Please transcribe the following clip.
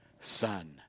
son